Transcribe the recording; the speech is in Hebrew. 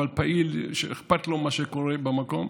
אבל פעיל שאכפת לו ממה שקורה במקום.